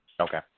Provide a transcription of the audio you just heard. Okay